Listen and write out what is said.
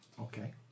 Okay